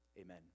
Amen